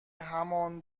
همان